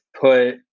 put